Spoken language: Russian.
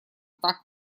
так